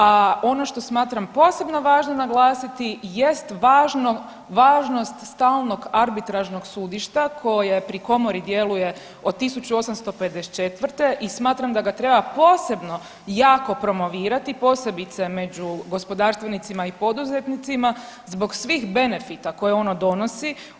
A ono što smatram posebno važnim naglasiti jest važno, važnost stalnog arbitražnog sudišta koje pri komori djeluje od 1854. i smatram da ga treba posebno jako promovirati posebice među gospodarstvenicima i poduzetnicima zbog svih benefita koje ono donosi.